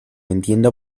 entiendo